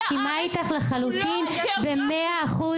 הארץ לא --- אני מסכימה איתך לחלוטין במאה אחוז.